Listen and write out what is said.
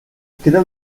queda